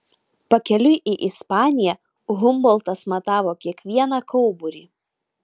pakeliui į ispaniją humboltas matavo kiekvieną kauburį